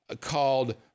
called